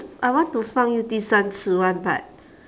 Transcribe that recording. I want to 放 you 第三次 one but